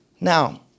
Now